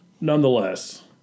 Nonetheless